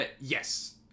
yes